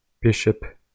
Bishop